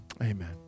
amen